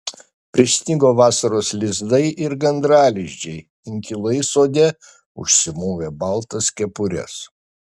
prisnigo vasaros lizdai ir gandralizdžiai inkilai sode užsimovė baltas kepures